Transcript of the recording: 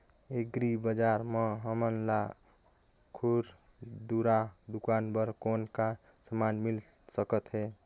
Agri बजार म हमन ला खुरदुरा दुकान बर कौन का समान मिल सकत हे?